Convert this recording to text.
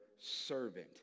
servant